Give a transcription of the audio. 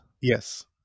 Yes